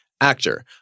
actor